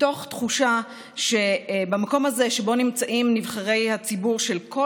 מתוך תחושה שבמקום הזה שבו נמצאים נבחרי הציבור של כל